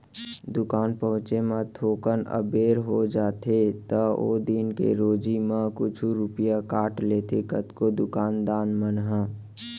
दुकान पहुँचे म थोकन अबेर हो जाथे त ओ दिन के रोजी म कुछ रूपिया काट लेथें कतको दुकान दान मन ह